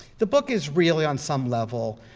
the book is really on some level,